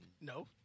No